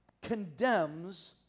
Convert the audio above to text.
condemns